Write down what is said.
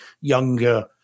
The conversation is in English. younger